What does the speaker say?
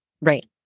Right